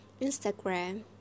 Instagram